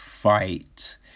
Fight